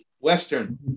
Western